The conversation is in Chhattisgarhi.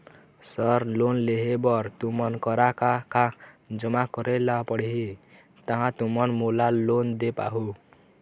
सर लोन लेहे बर तुमन करा का का जमा करें ला पड़ही तहाँ तुमन मोला लोन दे पाहुं?